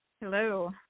Hello